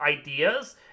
ideas